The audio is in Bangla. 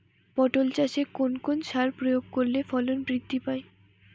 পটল চাষে কোন কোন সার প্রয়োগ করলে ফলন বৃদ্ধি পায়?